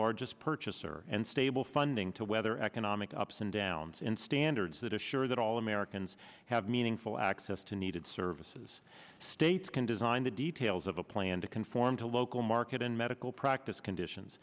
largest purchaser and stable funding to weather economic ups and downs in standards that assure that all americans have meaningful access to needed services states can design the details of a plan to conform to local market and medical practice conditions